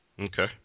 Okay